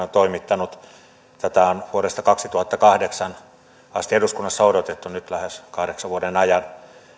on toimittanut tätä on vuodesta kaksituhattakahdeksan asti eduskunnassa odotettu nyt lähes kahdeksan vuoden ajan